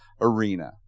arena